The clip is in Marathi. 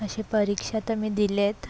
अशी परीक्षा तर मी दिले आहेत